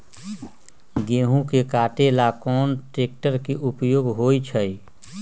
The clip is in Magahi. गेंहू के कटे ला कोंन ट्रेक्टर के उपयोग होइ छई?